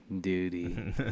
duty